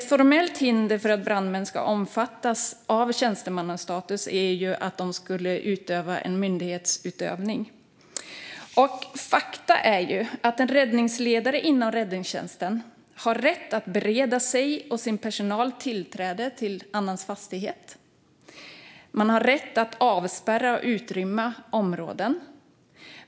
Ett formellt hinder för att brandmän ska omfattas av tjänstemannastatus är att de skulle utöva en myndighetsutövning. Och faktum är att en räddningsledare inom räddningstjänsten har rätt att bereda sig och sin personal tillträde till annans fastighet. De har rätt att avspärra och utrymma områden.